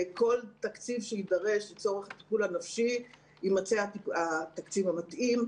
ולכל תקציב שיידרש לצורך הטיפול הנפשי יימצא התקציב המתאים.